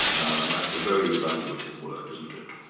um that's a very evaluative word, isn't it?